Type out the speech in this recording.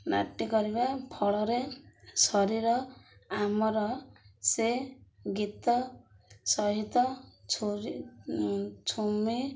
ନାଟି କରିବା ଫଳରେ ଶରୀର ଆମର ସେ ଗୀତ ସହିତ ଛୁମି ଝୁମି